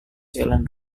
jalan